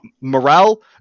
Morale